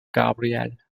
gabriel